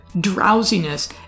drowsiness